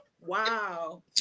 Wow